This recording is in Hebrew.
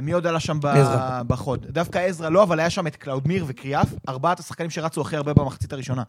ומי עוד עלה שם בחוד? דווקא עזרא לא, אבל היה שם את קלאודמיר וקריאף, ארבעת השחקנים שרצו אחרי הרבה במחצית הראשונה.